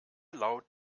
laut